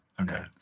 Okay